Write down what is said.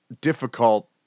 difficult